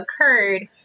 occurred